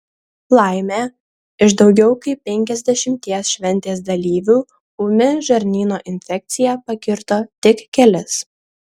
laimė iš daugiau kaip penkiasdešimties šventės dalyvių ūmi žarnyno infekcija pakirto tik kelis